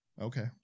Okay